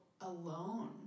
alone